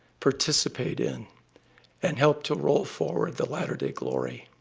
participate in and help to roll forward the latter-day glory.